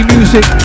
Music